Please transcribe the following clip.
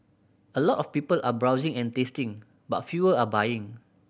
a lot of people are browsing and tasting but fewer are buying